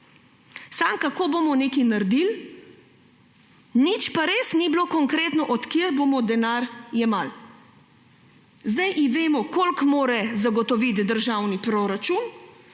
samo, kako bomo nekaj naredili, nič pa ni bilo res konkretno, od kod bomo denar jemali. Zdaj vemo, koliko mora zagotoviti državni proračun